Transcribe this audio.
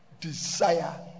Desire